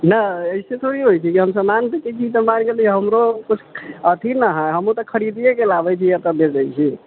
नहि ऐसे थोड़ीए होइत छै जे हमसभ मानिके चलै मायके हमरो अथी न हइ हमरो तऽ खरीदएकऽ लाबैत छियै एतय बेचैत छियै